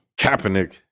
Kaepernick